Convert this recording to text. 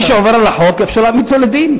מי שעובר על החוק, אפשר להעמיד אותו לדין.